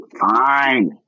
Fine